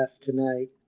tonight